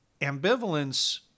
ambivalence